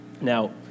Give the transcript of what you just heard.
Now